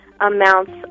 amounts